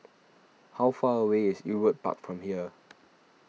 how far away is Ewart Park from here